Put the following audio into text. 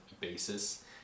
basis